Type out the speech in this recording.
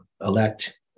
elect